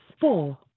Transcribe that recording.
four